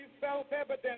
self-evident